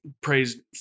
praised